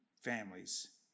families